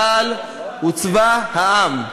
צה"ל הוא צבא העם,